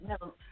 no